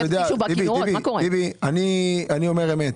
אומר אמת.